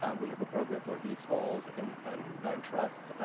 um we have a program for leaseholds and and land trusts.